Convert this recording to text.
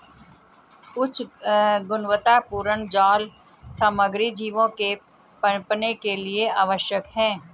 उच्च गुणवत्तापूर्ण जाल सामग्री जीवों के पनपने के लिए आवश्यक है